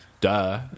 Duh